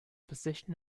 position